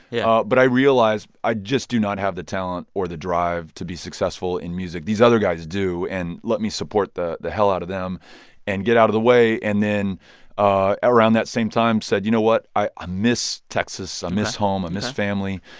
yeah but i realized i just do not have the talent or the drive to be successful in music. these other guys do, and let me support the the hell out of them and get out of the way and then ah around that same time said, you know what? i ah miss texas. i miss home. i miss family.